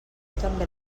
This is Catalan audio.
també